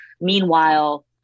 meanwhile